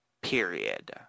period